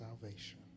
salvation